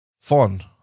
Fun